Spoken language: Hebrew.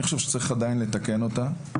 אני חושב שצריך עדיין לתקן אותה.